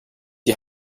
die